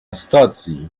stacji